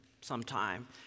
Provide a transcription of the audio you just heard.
sometime